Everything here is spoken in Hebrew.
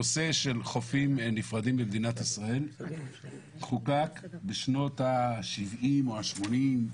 הנושא של חופים נפרדים במדינת ישראל חוקק בשנות ה-70 או ה-80,